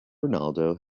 ronaldo